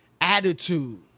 attitude